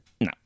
No